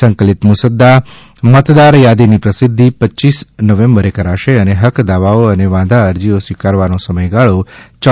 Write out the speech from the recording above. સંકલિત મુસદા મતદાર યાદીની પ્રસિધ્ધિ રપ નવેમ્બરે કરાશે અને હકક દાવાઓ અને વાંધા અરજીઓ સ્વીકારવાનો સમયગાળો તા